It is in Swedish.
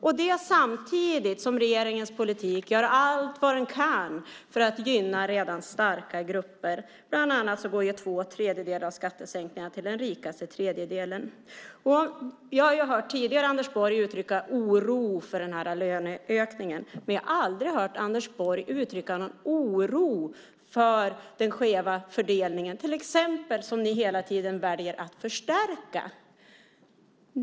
Det sker samtidigt som regeringen med sin politik gör allt vad den kan för att gynna redan starka grupper. Bland annat går två tredjedelar av skattesänkningarna till den rikaste tredjedelen. Vi har tidigare hört Anders Borg uttrycka oro för denna löneökning. Men jag har aldrig hört Anders Borg uttrycka någon oro för den skeva fördelning som ni hela tiden väljer att förstärka.